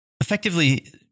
effectively